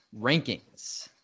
rankings